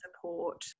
support